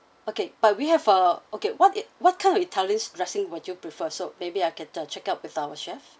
okay but we have uh okay what it what kind of italian dressing would you prefer so maybe I can uh check out with our chef